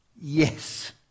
Yes